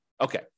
Okay